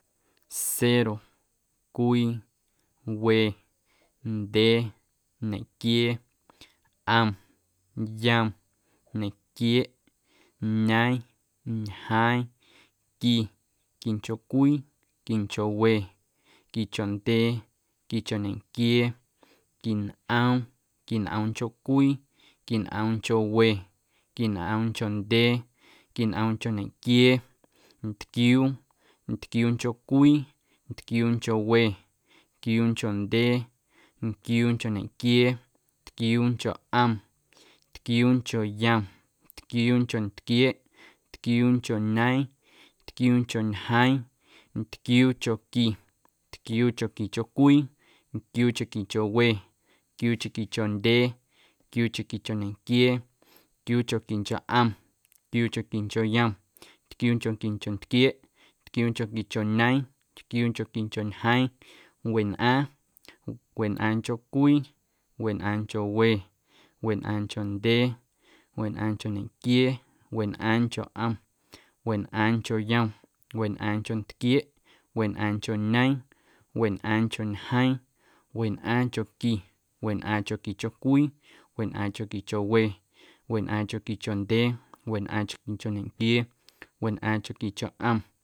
Cero, cwii, we, ndyee, ñeꞌquiee, ꞌom, yom, ñeꞌquieeꞌ, ñeeⁿ, ñjeeⁿ, qui, quinchoꞌcwii, quinchoꞌwe, quinchoꞌndyee, quinchoꞌ ñequiee, nquinꞌoom, nquinꞌoomncho cwii, nquinꞌoomncho we, nquinꞌoomncho ndyee, nquinꞌoomncho ñequiee, ntquiuu, ntquiuuncho cwii, ntquiuuncho we, ntquiuuncho ndyee, ntquiuuncho ñequiee, ntquiuuncho ꞌom, ntquiuuncho yom, ntquiuuncho ntquieeꞌ, ntquiuuncho ñeeⁿ, ntquiuuncho ñjeeⁿ, ntquiuunhoqui, ntquiuuchoquiho cwii, ntquiuuchoquicho we, ntquiuuchoquicho ndyee, ntquiuuchoquicho ñequiee, ntquiuuchoquincho ꞌom, ntquiuuchoquincho yom, ntquiuuchonquincho ntquieeꞌ, ntquiuunchonquincho ñeeⁿ, ntquiuunchonquincho ñjeeⁿ, wenꞌaaⁿ, wenꞌaaⁿncho cwii, wenꞌaaⁿncho we, wenꞌaaⁿncho ndyee, wenꞌaaⁿncho ñequiee, wenꞌaaⁿncho ꞌom, wenꞌaaⁿncho yom, wenꞌaaⁿncho ntquieeꞌ, wenꞌaaⁿncho ñeeⁿ, wenꞌaaⁿncho ñjeeⁿ, wenꞌaaⁿnchonqui, wenꞌaaⁿnchonquincho cwii, wenꞌaaⁿnchonquincho we, wenꞌaaⁿnchonquincho ndyee, wenꞌaaⁿnchonquincho ñequiee, wenꞌaaⁿnchonquincho ꞌom.